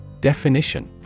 Definition